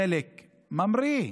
הדלק ממריא,